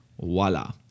voila